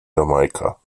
jamaika